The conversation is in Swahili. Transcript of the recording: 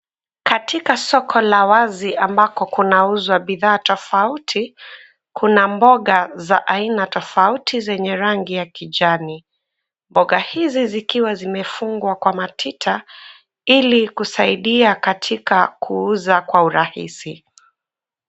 Katika soko la wazi ambako kunauzwa bidhaa tofauti, kuna mboga za aina tofauti zenye rangi ya kijani, mboga hizi zikiwa zimefungwa kwa matita ili kusaidia katika kuuza kwa urahisi.